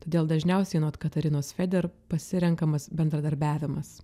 todėl dažniausiai anot katarinos feder pasirenkamas bendradarbiavimas